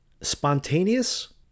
spontaneous